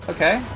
Okay